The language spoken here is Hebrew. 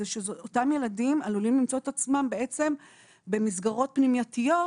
שאותם ילדים עלולים למצוא את עצמם בעצם במסגרות פנימייתיות